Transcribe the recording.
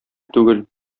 түгел